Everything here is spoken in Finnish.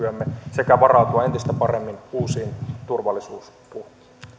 sekä varautua entistä paremmin uusiin turvallisuusuhkiin